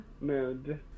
mood